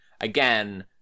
again